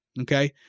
Okay